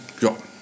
ja